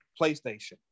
PlayStation